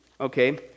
okay